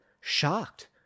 shocked